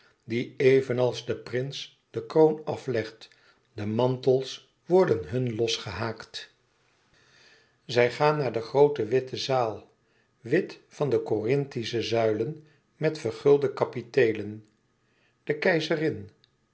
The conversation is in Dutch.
die evenals de prins de kroon aflegt de mantels worden hun losgehaakt zij gaan naar de groote witte zaal wit van de corinthische zuilen met vergulde kapiteelen de